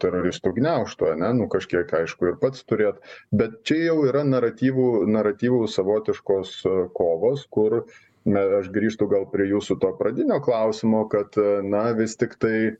teroristų gniaužtų ane nu kažkiek aišku ir pats turėt bet čia jau yra naratyvų naratyvų savotiškos kovos kur na ir aš grįžtu gal prie jūsų to pradinio klausimo kad na vis tiktai